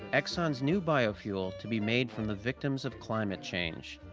exxon's new biofuel to be made from the victims of climate change.